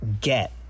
get